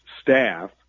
staff